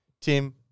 Tim